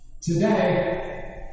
Today